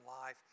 life